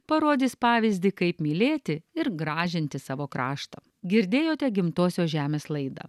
parodys pavyzdį kaip mylėti ir gražinti savo kraštą girdėjote gimtosios žemės laidą